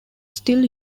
still